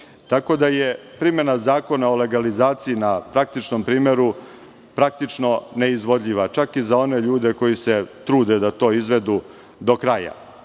tako da je primena Zakona o legalizaciji na praktičnom primeru praktično neizvodljiva, čak i za one ljude koji se trude da to izvedu do kraja.